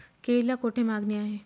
केळीला कोठे मागणी आहे?